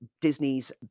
Disney's